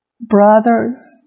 brothers